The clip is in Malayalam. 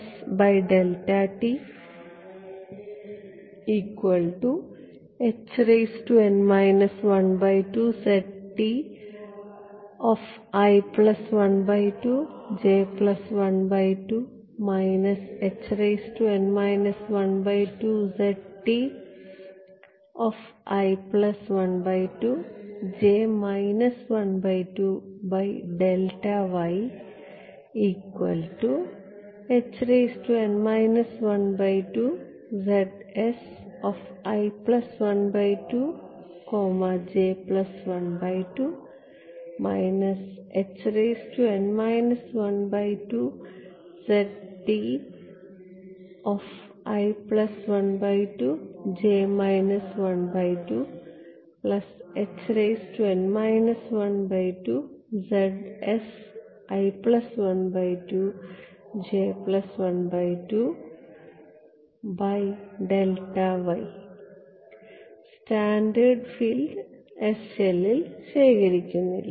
സ്കാറ്റേർഡ് ഫീൽഡ് s സെല്ലിൽ ശേഖരിക്കുന്നില്ല